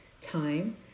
time